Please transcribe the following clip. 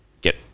get